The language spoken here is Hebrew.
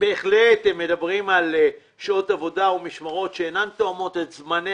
בהחלט הם מדברים על שעות עבודה ומשמרות שאינן תואמות את זמני